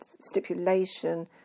stipulation